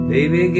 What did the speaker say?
Baby